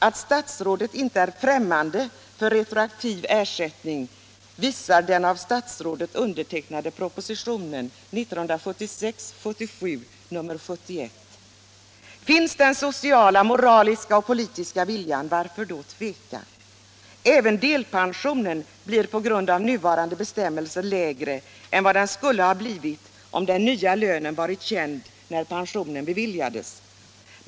Att statsrådet inte är ffrämmande för retroaktiv ersättning visar den av statsrådet undertecknade propositionen 1976/77:71. Finns den sociala, moraliska och politiska viljan - varför då tveka? Även delpensionen blir på grund av nuvarande bestämmelser lägre än vad den skulle ha blivit om den nya lönen varit känd när pensionen beviljades.